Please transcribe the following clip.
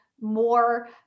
more